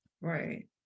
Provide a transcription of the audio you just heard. Right